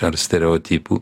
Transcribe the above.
ar stereotipų